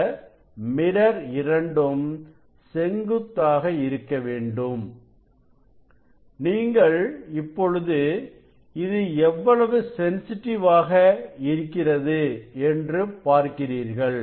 இந்த மிரர் இரண்டும் செங்குத்தாக இருக்க வேண்டும் நீங்கள் இப்பொழுது இது எவ்வளவு சென்சிட்டிவ் ஆக இருக்கிறது என்று பார்க்கிறீர்கள்